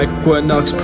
Equinox